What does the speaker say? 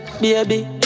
baby